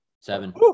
Seven